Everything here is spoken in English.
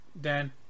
Dan